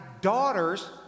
daughter's